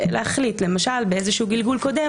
ואני חושב שהוא סיכום נכון,